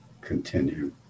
continue